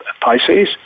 Pisces